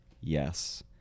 yes